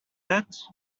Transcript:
that